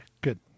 good